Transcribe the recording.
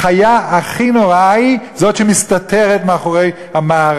החיה הכי נוראה היא זאת שמסתתרת במארב.